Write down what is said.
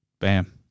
bam